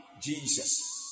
Jesus